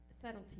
subtlety